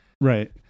right